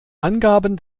angaben